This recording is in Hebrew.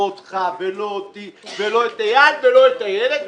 לא אותך ולא אותי ולא את איל ולא את איילת,